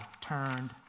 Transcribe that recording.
turned